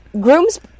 grooms